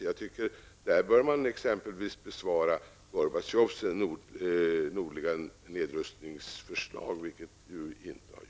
Jag tycker t.ex. att Norge bör besvara Gorbatjovs förslag om nordlig nedrustning, vilket man ännu inte har gjort.